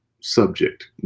subject